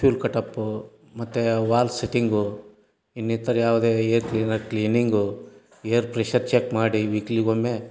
fuel cut up ಮತ್ತು valve setting ಇನ್ನಿತರ ಯಾವುದೇ air cleaner cleaning air pressure check ಮಾಡಿ ವೀಕ್ಲಿಗೊಮ್ಮೆ